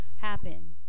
happen